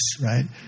right